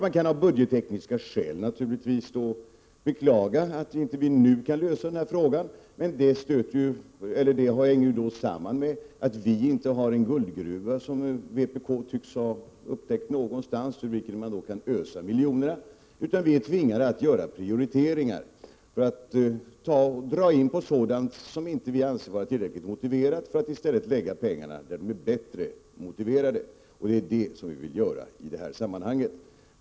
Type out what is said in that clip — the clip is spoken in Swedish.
Man kan naturligtvis beklaga att vi av budgettekniska skäl inte nu kan lösa frågan om utrustningsanslag. Det hänger samman med att vi inte har den guldgruva som vpk tycker sig ha upptäckt någonstans, ur vilken man kan ösa miljonerna, utan vi är tvingade att göra prioriteringar och dra in på sådant som vi inte anser vara tillräckligt motiverat, för att i stället anvisa pengar dit där de är bättre motiverade. Det är vad vi vill göra i detta sammanhang.